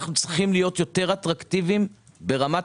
אנחנו צריכים להיות יותר אטרקטיביים ברמת